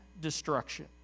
destruction